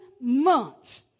months